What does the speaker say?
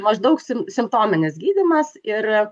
maždaug sim simptominis gydymas ir